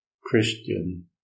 Christian